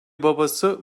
babası